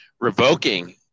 revoking